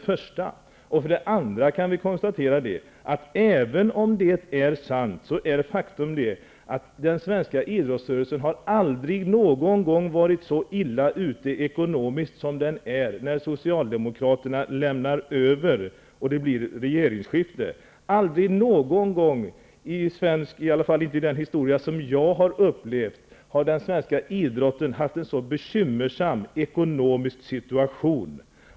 För det andra kan vi konstatera att även om detta är sant, har den svenska idrottsrörelsen aldrig varit så illa ute ekonomiskt som när Socialdemokraterna lämnar över och det blir ett regeringsskifte. I varje fall under den historia som jag har upplevt har den svenska idrotten inte någon gång haft en så bekymmersam ekonomisk situation.